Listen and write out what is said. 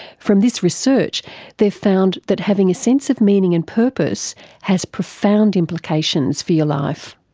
from this research they've found that having a sense of meaning and purpose has profound implications for your life.